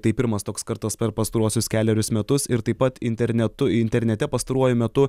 tai pirmas toks kartas per pastaruosius kelerius metus ir taip pat internetu internete pastaruoju metu